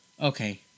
Okay